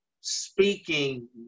speaking